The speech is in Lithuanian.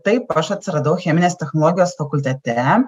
taip aš atsiradau cheminės technologijos fakultete